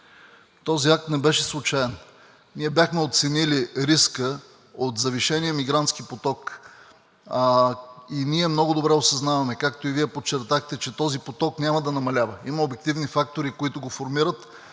Този акт не беше случаен. Ние бяхме оценили риска от завишения мигрантски поток. Ние много добре осъзнаваме, както и Вие подчертахте, че този поток няма да намалява – има обективни фактори, които го формират,